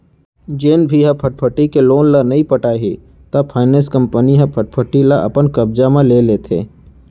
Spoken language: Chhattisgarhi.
जेन भी ह फटफटी के लोन ल नइ पटाही त फायनेंस कंपनी ह फटफटी ल अपन कब्जा म ले लेथे